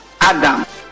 Adam